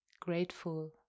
grateful